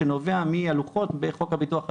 שנובע הלוחות בחוק הביטוח הלאומי,